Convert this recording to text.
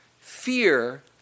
fear